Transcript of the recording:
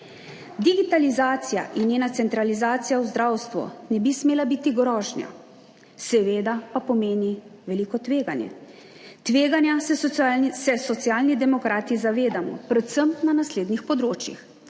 Digitalizacija in njena centralizacija v zdravstvu ne bi smela biti grožnja, seveda pa pomeni veliko tveganje. Tveganja se Socialni demokrati zavedamo predvsem na naslednjih področjih,